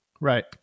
Right